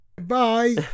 bye